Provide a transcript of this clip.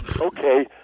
Okay